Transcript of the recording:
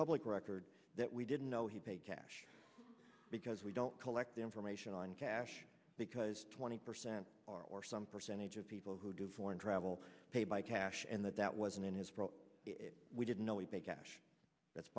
public record that we didn't know he paid cash because we don't collect information on cash because twenty percent are or some percentage of people who do foreign travel pay by cash and that that wasn't in his throat we didn't know a big cash that's